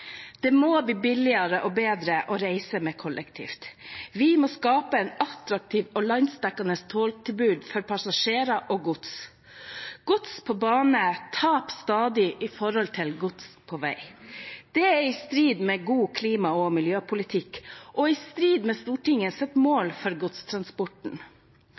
Det må bli billigere og bedre å reise kollektivt. Vi må skape et attraktivt og landsdekkende togtilbud for passasjerer og gods. Gods på bane taper stadig i forhold til gods på vei. Det er i strid med god klima- og miljøpolitikk, og i strid med Stortingets mål for godstransporten.